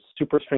superstring